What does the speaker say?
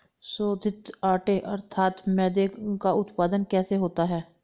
शोधित आटे अर्थात मैदे का उत्पादन कैसे होता है?